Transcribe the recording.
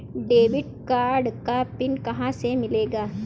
Debit card का पिन कहां से मिलेगा?